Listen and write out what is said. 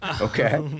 Okay